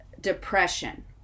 depression